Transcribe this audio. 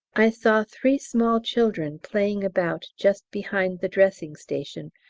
i saw three small children playing about just behind the dressing station,